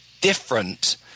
different